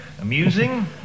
Amusing